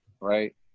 right